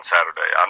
Saturday